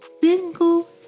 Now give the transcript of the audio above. single